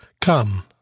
Come